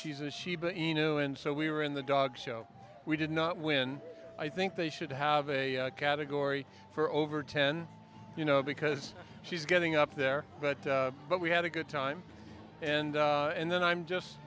she's a shiba inu and so we were in the dog show we did not win i think they should have a category for over ten you know because she's getting up there but but we had a good time and and then i'm just